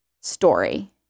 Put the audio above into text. story